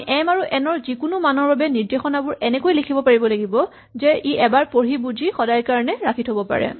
আমি এম আৰু এন ৰ যিকোনো মানৰ বাবে নিৰ্দেশনাবোৰ এনেকৈ লিখিব পাৰিব লাগিব যে ই এবাৰ পঢ়ি বুজি সদায়ৰ কাৰণে ৰাখি থ'ব পাৰে